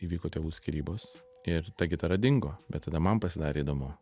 įvyko tėvų skyrybos ir ta gitara dingo bet tada man pasidarė įdomu